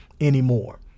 anymore